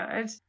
good